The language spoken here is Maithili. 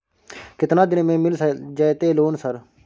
केतना दिन में मिल जयते लोन सर?